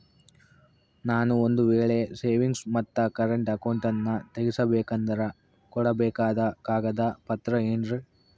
ನಾನು ಒಂದು ವೇಳೆ ಸೇವಿಂಗ್ಸ್ ಮತ್ತ ಕರೆಂಟ್ ಅಕೌಂಟನ್ನ ತೆಗಿಸಬೇಕಂದರ ಕೊಡಬೇಕಾದ ಕಾಗದ ಪತ್ರ ಏನ್ರಿ?